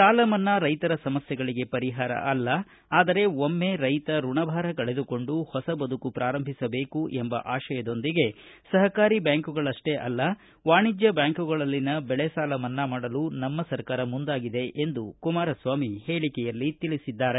ಸಾಲ ಮನ್ನಾ ರೈತರ ಸಮಸ್ಯೆಗಳಿಗೆ ಪರಿಹಾರ ಅಲ್ಲ ಆದರೆ ಒಮ್ಮೆ ರೈತ ಋಣಭಾರ ಕಳೆದುಕೊಂಡು ಹೊಸ ಬದುಕು ಪ್ರಾರಂಭಿಸಬೇಕು ಎಂಬ ಆಶಯದೊಂದಿಗೆ ಸಪಕಾರಿ ಬ್ಯಾಂಕುಗಳಷ್ಷೇ ಅಲ್ಲ ವಾಣಿಜ್ಯ ಬ್ಯಾಂಕುಗಳಲ್ಲಿನ ಬೆಳೆ ಸಾಲಕ್ಕೂ ನಮ್ಮ ಸರ್ಕಾರ ಮುಂದಾಗಿದೆ ಎಂದು ಕುಮಾರಸ್ವಾಮಿ ಹೇಳಿಕೆಯಲ್ಲಿ ತಿಳಿಸಿದ್ದಾರೆ